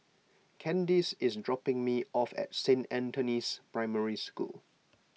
Kandice is dropping me off at Saint Anthony's Primary School